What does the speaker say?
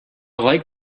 like